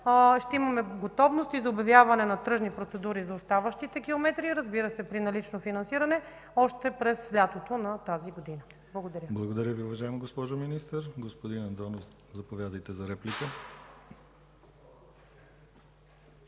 Ще имаме готовност и за обявяване на тръжни процедури за оставащите километри, разбира се, при налично финансиране още през лятото на тази година. Благодаря. ПРЕДСЕДАТЕЛ ДИМИТЪР ГЛАВЧЕВ: Благодаря, уважаема госпожо Министър. Господин Антонов, заповядайте за реплика.